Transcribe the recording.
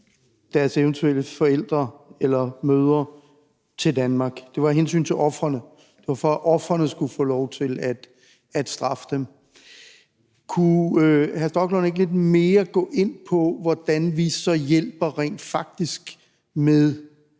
deres eventuelle forældre eller mødre til Danmark, at det var, for at ofrene skulle få lov til at straffe dem. Kunne hr. Rasmus Stoklund ikke gå lidt mere ind på, hvordan vi så rent faktisk